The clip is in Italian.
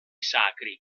sacri